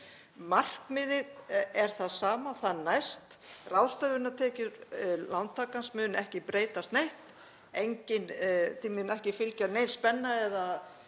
Markmiðið er það sama, það næst. Ráðstöfunartekjur lántakans munu ekki breytast neitt, því mun ekki fylgja nein spenna eða